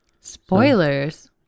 Spoilers